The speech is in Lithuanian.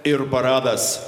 ir paradas